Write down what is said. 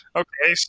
okay